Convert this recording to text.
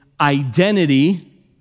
identity